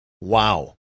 Wow